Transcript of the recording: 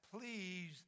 please